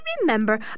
remember